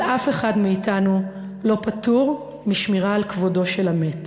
אבל אף אחד מאתנו לא פטור משמירה על כבודו של המת.